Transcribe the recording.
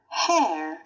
hair